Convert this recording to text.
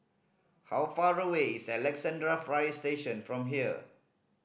how far away is Alexandra Fire Station from here